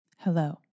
hello